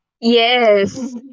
Yes